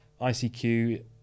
icq